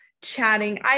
chatting